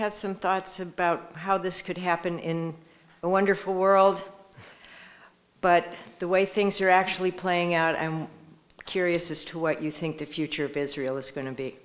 have some thoughts about how this could happen in a wonderful world but the way things are actually playing out i'm curious as to what you think the future of israel is go